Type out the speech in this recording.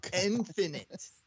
Infinite